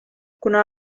kuna